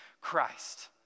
Christ